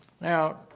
Now